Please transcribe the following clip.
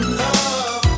love